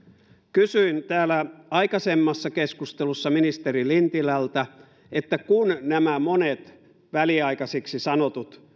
kysyin täällä aikaisemmassa keskustelussa ministeri lintilältä että kun nämä monet väliaikaisiksi sanotut